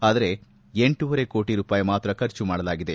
ಆದರೆ ಎಂಟೂವರೆ ಕೋಟ ರೂಪಾಯಿ ಮಾತ್ರ ಖರ್ಚು ಮಾಡಲಾಗಿದೆ